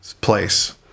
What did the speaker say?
place